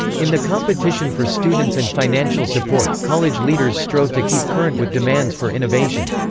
in the competition for students and financial support, college leaders strove to keep current with demands for innovation.